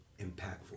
impactful